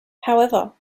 however